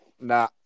Nah